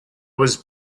was